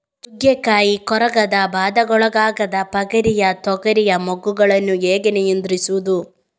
ಚುಕ್ಕೆ ಕಾಯಿ ಕೊರಕದ ಬಾಧೆಗೊಳಗಾದ ಪಗರಿಯ ತೊಗರಿಯ ಮೊಗ್ಗುಗಳನ್ನು ಹೇಗೆ ನಿಯಂತ್ರಿಸುವುದು?